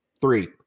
three